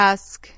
Ask